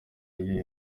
iyo